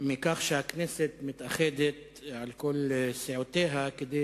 מכך שהכנסת מתאחדת על כל סיעותיה כדי